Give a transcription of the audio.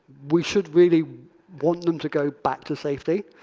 we should really want them to go back to safety.